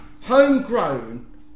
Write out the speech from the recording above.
homegrown